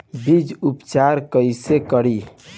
बीज उपचार कईसे करी?